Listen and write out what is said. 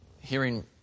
hearing